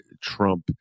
Trump